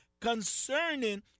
concerning